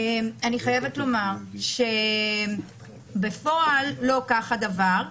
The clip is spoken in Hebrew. אני חייבת לומר שבפועל לא כך הדבר,